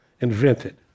invented